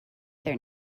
their